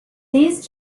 these